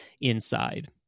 inside